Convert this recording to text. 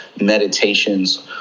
meditations